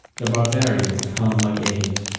the barbarian come again